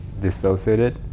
dissociated